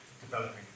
developing